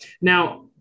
Now